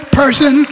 person